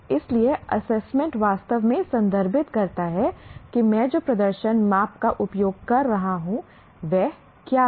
इसलिए एसेसमेंट वास्तव में संदर्भित करता है कि मैं जो प्रदर्शन माप का उपयोग कर रहा हूं वह क्या है